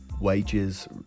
wages